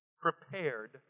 prepared